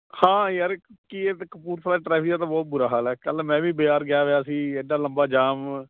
ਹਾਂ ਯਾਰ ਕੀ ਏ ਕਪੂਰਥਲਾ ਟਰੈਫਿਕ ਦਾ ਤਾਂ ਬਹੁਤ ਬੁਰਾ ਹਾਲ ਆ ਕੱਲ੍ਹ ਮੈਂ ਵੀ ਬਜ਼ਾਰ ਗਿਆ ਹੋਇਆ ਸੀ ਐਡਾ ਲੰਬਾ ਜਾਮ